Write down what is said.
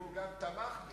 והוא גם תמך בי.